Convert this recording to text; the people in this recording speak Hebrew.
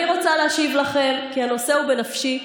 אני רוצה להשיב לכם, כי הנושא הוא בנפשי.